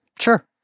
Sure